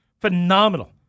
Phenomenal